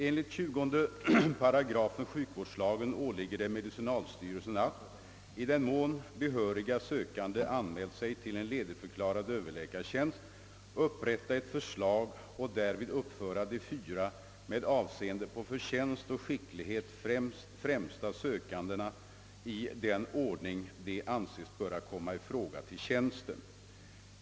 Enligt 20 8 sjukvårdslagen åligger det medicinalstyrelsen att, i den mån behöriga sökande anmält sig till en ledigförklarad överläkartjänst, upprätta ett förslag och därvid uppföra de fyra med avseende på förtjänst och skicklighet främsta sökandena i den ordning de anses böra komma i fråga till tjänsten.